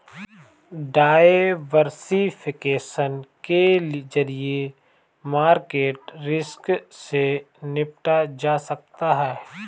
diversification के जरिए market risk से निपटा जा सकता है